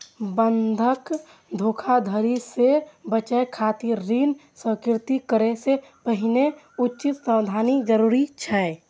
बंधक धोखाधड़ी सं बचय खातिर ऋण स्वीकृत करै सं पहिने उचित सावधानी जरूरी छै